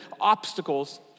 obstacles